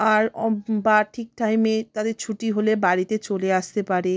আর বা ঠিক টাইমে তাদের ছুটি হলে বাড়িতে চলে আসতে পারে